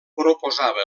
proposava